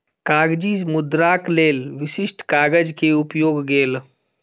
कागजी मुद्राक लेल विशिष्ठ कागज के उपयोग गेल